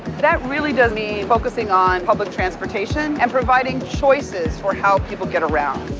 that really does mean focusing on public transportation and providing choices for how people get around.